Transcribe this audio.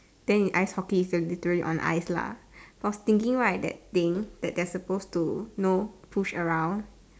then in ice hockey is literally on ice lah so I was thinking right that thing you know that they're supposed to know push around